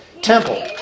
temple